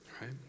right